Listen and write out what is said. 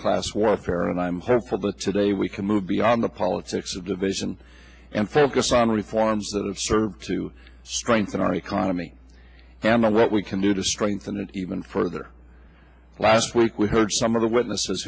class warfare and i am hopeful that today we can move beyond the politics of division and focus on reforms that have served to strengthen our economy and iraq we can do to strengthen it even further last week we heard some of the witnesses